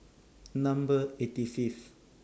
Number eighty Fifth